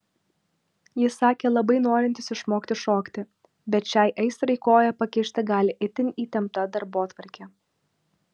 jis sakė labai norintis išmokti šokti bet šiai aistrai koją pakišti gali itin įtempta darbotvarkė